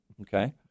okay